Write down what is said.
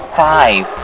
five